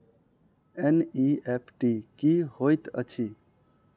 NEFT की होइत अछि?